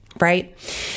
right